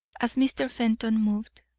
as mr. fenton moved.